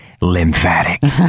lymphatic